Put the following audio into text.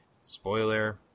Spoiler